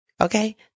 Okay